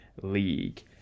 league